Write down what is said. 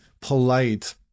polite